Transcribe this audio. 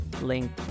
link